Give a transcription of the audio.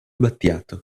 battiato